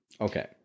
Okay